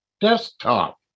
desktop